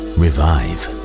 revive